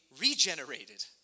regenerated